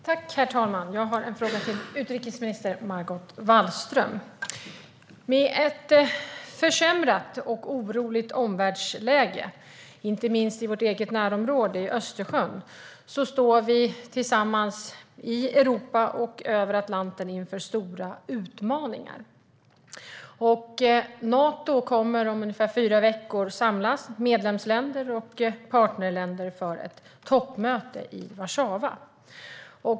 Herr talman! Jag har en fråga till utrikesminister Margot Wallström. Med ett försämrat och oroligt omvärldsläge, inte minst i vårt eget närområde i Östersjön, står vi tillsammans i Europa och över Atlanten inför stora utmaningar. Nato kommer om ungefär fyra veckor att samla medlemsländer och partnerländer för ett toppmöte i Warszawa.